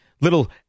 little